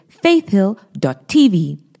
faithhill.tv